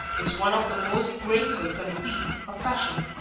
is one of the most graceful conceits of fashion.